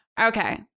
Okay